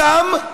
אותם,